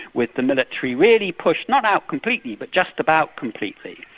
with the military really pushed not out completely, but just about completely,